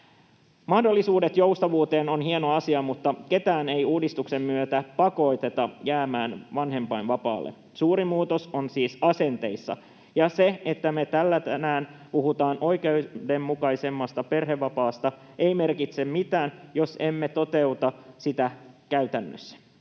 Mahdollisuudet joustavuuteen ovat hieno asia, mutta ketään ei uudistuksen myötä pakoteta jäämään vanhempainvapaalle. Suurin muutos on siis asenteissa. Ja se, että me täällä tänään puhutaan oikeudenmukaisemmasta perhevapaasta, ei merkitse mitään, jos emme toteuta sitä käytännössä.